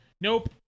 Nope